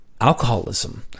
alcoholism